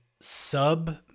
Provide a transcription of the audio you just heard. sub